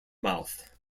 mouth